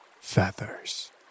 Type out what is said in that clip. feathers